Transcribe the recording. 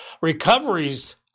Recoveries